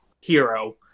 hero